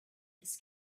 this